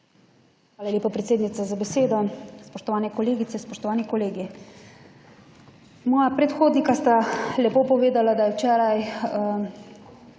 Hvala lepa predsednica za besedo. Spoštovane kolegice, spoštovani kolegi! Moja predhodnika sta lepo povedala, da je včeraj